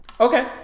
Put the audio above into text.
Okay